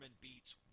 beats